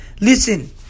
Listen